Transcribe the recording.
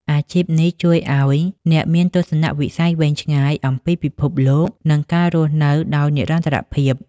អាជីពនេះជួយឱ្យអ្នកមានទស្សនវិស័យវែងឆ្ងាយអំពីពិភពលោក និងការរស់នៅដោយនិរន្តរភាព។